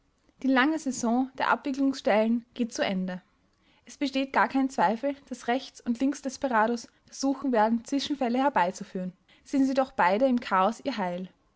die lange saison der abwicklungsstellen geht zu ende es besteht gar kein zweifel daß rechts und linksdesperados versuchen werden zwischenfälle herbeizuführen sehen sie doch beide im chaos ihr heil